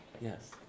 Yes